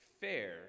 fair